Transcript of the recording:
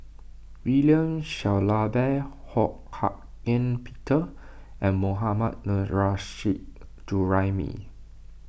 William Shellabear Ho Hak Ean Peter and Mohammad Nurrasyid Juraimi